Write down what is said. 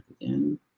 again